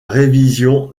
révision